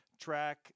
track